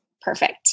Perfect